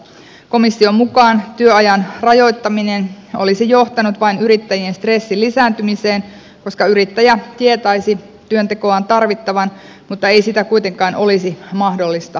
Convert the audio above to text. komission mukaan työajan rajoittaminen olisi johtanut vain yrittäjien stressin lisääntymiseen koska yrittäjä tietäisi työntekoaan tarvittavan mutta ei sitä kuitenkaan olisi mahdollista tehdä